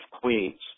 Queens